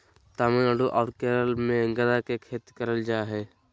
तमिलनाडु आर केरल मे गदा के खेती करल जा हय